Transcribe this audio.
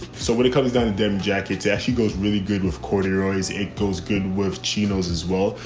so when it comes down to them jackets as she goes really good with corduroys, it goes good with chinos as well,